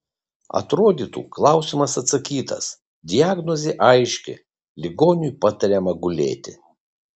atrodytų klausimas atsakytas diagnozė aiški ligoniui patariama gulėti